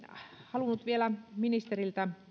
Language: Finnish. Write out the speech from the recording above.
halunnut vielä ministeriltä